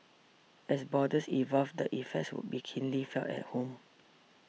as borders evolve the effects would be keenly felt at home